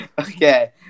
Okay